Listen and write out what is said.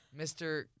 Mr